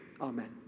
Amen